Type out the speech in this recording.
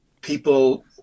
people